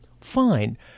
fine